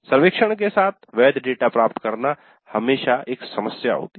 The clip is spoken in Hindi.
सर्वेक्षण के साथ वैध डेटा प्राप्त करना हमेशा एक समस्या होती है